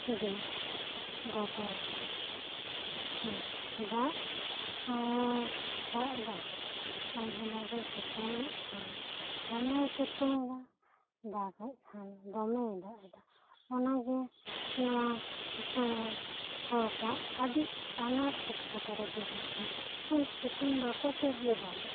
ᱜᱮ ᱵᱚᱫᱚᱞ ᱟᱠᱟᱱᱟ ᱮᱴ ᱮ ᱫᱟᱜ ᱮᱫᱟ ᱮ ᱢᱟᱡᱷᱮ ᱢᱟᱡᱷᱮ ᱥᱤᱛᱩᱝ ᱮᱫ ᱠᱷᱟᱱ ᱫᱚᱢᱮ ᱥᱤᱛᱩᱝ ᱮᱫᱟ ᱫᱟᱜ ᱮᱫ ᱠᱷᱟᱱ ᱫᱚᱢᱮᱭ ᱫᱟᱜ ᱮᱫᱟ ᱚᱱᱟ ᱜᱮ ᱱᱚᱶᱟ ᱫᱤᱥᱚᱢ ᱨᱮᱱ ᱦᱚᱲ ᱠᱚ ᱟᱹᱰᱤ ᱟᱱᱟᱴ ᱮᱴᱠᱮᱴᱚᱬᱮ ᱜᱤ ᱦᱩᱭᱩᱜ ᱠᱟᱱᱟ ᱩᱱᱤ ᱥᱤᱛᱩᱝ ᱵᱟᱠᱚ ᱥᱚᱡᱡᱚ ᱫᱟᱲᱮᱭᱟᱜ ᱠᱟᱱᱟ